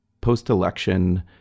post-election